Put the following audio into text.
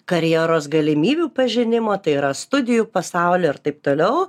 karjeros galimybių pažinimo tai yra studijų pasaulio ir taip toliau